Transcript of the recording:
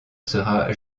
sera